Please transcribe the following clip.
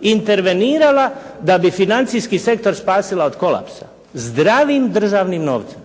intervenirala da bi financijski sektor spasila od kolapsa. Zdravim državnim novcem.